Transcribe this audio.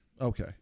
Okay